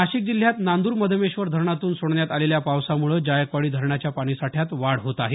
नाशिक जिल्ह्यात नांद्र मधमेश्वर धरणातून सोडण्यात आलेल्या पाण्यामुळे जायकवाडी धरणाच्या पाणीसाठ्यात वाढ होत आहे